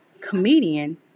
comedian